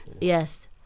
Yes